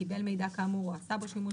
קיבל מידע כאמור או עשה בו שימוש,